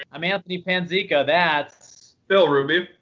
i'm anthony panzeca. that's bill ruby.